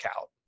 out